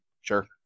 Sure